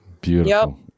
Beautiful